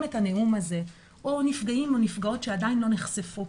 את הנאום הזה או נפגעים או נפגעות שעדיין לא נחשפו: